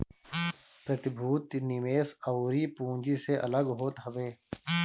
प्रतिभूति निवेश अउरी पूँजी से अलग होत हवे